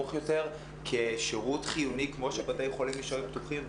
נמוך יותר כשירות חיוני כמו שבתי חולים נשארים פתוחים,